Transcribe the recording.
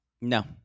No